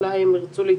אולי הם ירצו להתייחס.